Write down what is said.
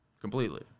Completely